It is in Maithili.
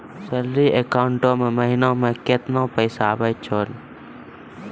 सैलरी अकाउंट मे महिना मे केतना पैसा आवै छौन?